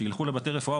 שילכו לבתי רפואה,